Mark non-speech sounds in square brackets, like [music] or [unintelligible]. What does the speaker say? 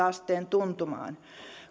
[unintelligible] asteen tuntumaan